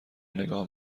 نگاه